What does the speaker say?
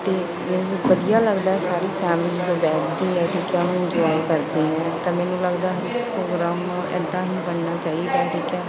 ਤਾਂ ਮੀਨਜ਼ ਵਧੀਆ ਲੱਗਦਾ ਸਾਰੀ ਫੈਮਲੀ ਬੈਠਦੀ ਹੈ ਠੀਕ ਹੈ ਉਹਨੂੰ ਇਨਜੋਏ ਕਰਦੀ ਹੈ ਤਾਂ ਮੈਨੂੰ ਲੱਗਦਾ ਹਰ ਇੱਕ ਪ੍ਰੋਗਰਾਮ ਨੂੰ ਇੱਦਾਂ ਹੀ ਕਰਨਾ ਚਾਹੀਦਾ ਠੀਕ ਹੈ